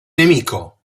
nemico